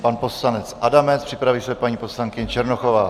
Pan poslanec Adamec, připraví se paní poslankyně Černochová.